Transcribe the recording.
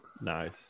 Nice